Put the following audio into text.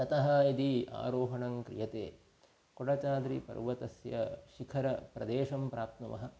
ततः यदि आरोहणं क्रियते कोडचाद्रिपर्वतस्य शिखरप्रदेशं प्राप्नुमः